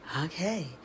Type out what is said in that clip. Okay